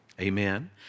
Amen